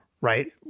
right